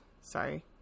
Sorry